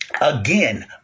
again